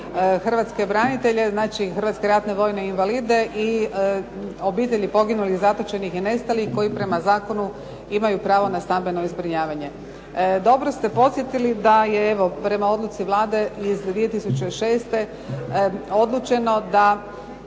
hrvatske branitelje, znači hrvatske ratne vojne invalide i obitelji poginulih, zatočenih i nestalih koji prema zakonu imaju pravo na stambeno zbrinjavanje. Dobro ste podsjetili da je evo prema odluci Vlade iz 2006. odlučeno da